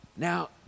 Now